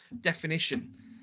definition